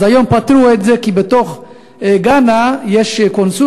אז היום פתרו את זה כי בגאנה יש קונסוליה,